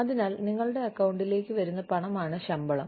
അതിനാൽ നിങ്ങളുടെ അക്കൌണ്ടിലേക്ക് വരുന്ന പണമാണ് ശമ്പളം